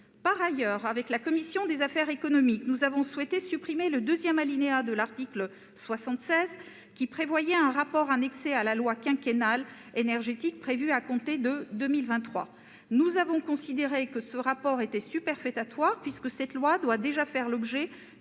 Par ailleurs, avec la commission des affaires économiques, nous avons souhaité supprimer le deuxième alinéa de l'article 76, qui prévoyait un rapport annexé à la « loi quinquennale » énergétique prévue à compter de 2023. Nous avons considéré que ce rapport était superfétatoire, puisque cette loi doit déjà faire l'objet,